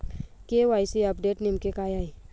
KYC update नेमके काय आहे?